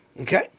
Okay